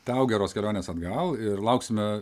tau geros kelionės atgal ir lauksime